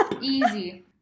Easy